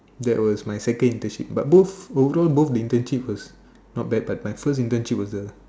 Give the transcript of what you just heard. that was my second internship but both although both internships was not bad but my first internships was the